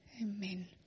Amen